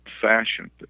fashion